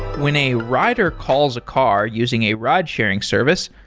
when a rider calls a car using a ride sharing service,